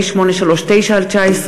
פ/839/19,